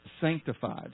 sanctified